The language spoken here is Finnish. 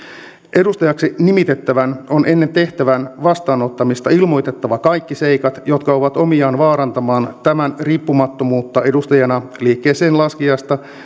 edustajaksi nimitettävän on ennen tehtävänsä vastaanottamista ilmoitettava kaikki seikat jotka ovat omiaan vaarantamaan tämän riippumattomuutta edustajana liikkeeseenlaskijasta